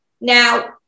Now